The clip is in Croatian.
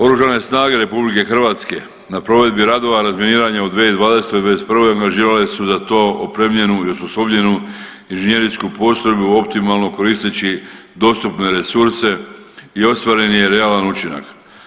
Oružane snage RH na provedbi radova razminiranja u 2020., 2021. angažirale su za to opremljenu i osposobljenu inženjerijsku postrojbu optimalno koristeći dostupne resurse i ostvaren je realan učinak.